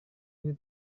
ini